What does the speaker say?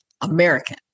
American